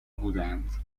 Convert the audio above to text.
بودند